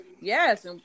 Yes